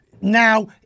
now